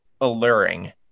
alluring